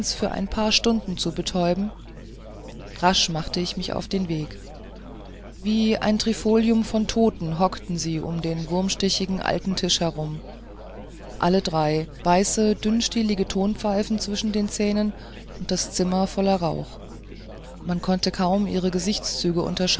für ein paar stunden zu übertäuben rasch mache ich mich auf den weg wie ein trifolium von toten hockten sie um den wurmstichigen alten tisch herum alle drei weiße dünnstielige tonpfeifen zwischen den zähnen und das zimmer voll rauch man konnte kaum ihre gesichtszüge